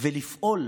ולפעול